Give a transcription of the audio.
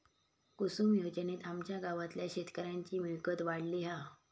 कुसूम योजनेत आमच्या गावातल्या शेतकऱ्यांची मिळकत वाढली हा